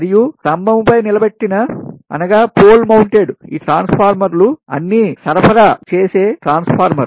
మరియు స్తంభముపై నిలబెట్టిన ఈ ట్రాన్స్ఫార్మర్లు అన్నీ సరఫరా డిస్ట్రిబ్యూషన్ చేసే ట్రాన్స్ఫార్మర్